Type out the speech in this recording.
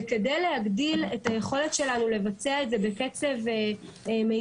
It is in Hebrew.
על מנת להגדיל את היכולת שלנו לבצע את זה בקצב מיטבי,